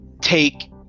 take